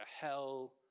hell